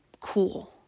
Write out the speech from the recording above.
cool